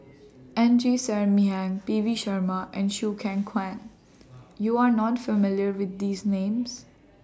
Ng Ser Miang P V Sharma and Choo Keng Kwang YOU Are not familiar with These Names